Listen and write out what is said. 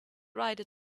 ride